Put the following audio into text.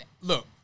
look